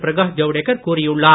பிரகாஷ் ஜவுடேகர் கூறியுள்ளார்